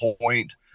point